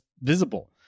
visible